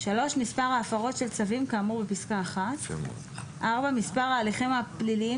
מספר ההפרות של צווים כאמור בפסקה (1); מספר ההליכים הפליליים